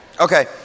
Okay